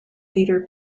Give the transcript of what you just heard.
theatre